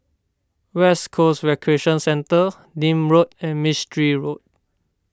West Coast Recreation Centre Nim Road and Mistri Road